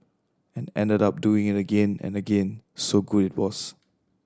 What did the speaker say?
and ended up doing it again and again so good it was